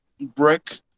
brick